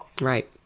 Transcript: Right